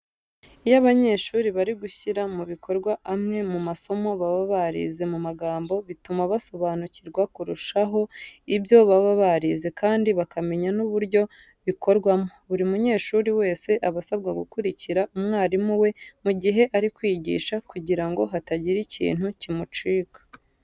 Iyo abanyeshuri bari gushyira mu bikorwa amwe mu masomo baba barize mu magambo bituma basobanukirwa kurushaho ibyo baba barize kandi bakamenya n'uburyo bikorwamo. Buri munyeshuri wese aba asabwa gukurikira umwarimu we mu gihe ari kwigisha kugira ngo hatagira ikintu kimucika.